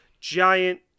giant